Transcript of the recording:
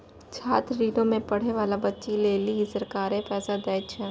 छात्र ऋणो मे पढ़ै बाला बच्चा लेली सरकारें पैसा दै छै